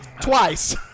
Twice